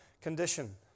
condition